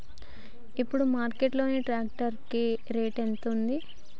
ఇప్పుడు మార్కెట్ లో ట్రాక్టర్ కి రేటు ఎంత ఉంది?